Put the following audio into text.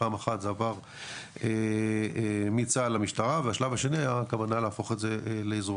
פעם אחת זה עבר מצה"ל למשטרה והשלב השני הכוונה היה להפוך את זה לאזרוח.